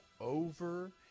over